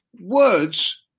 words